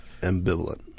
ambivalent